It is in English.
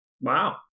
Wow